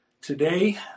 today